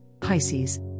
Pisces